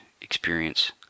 experience